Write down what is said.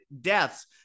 deaths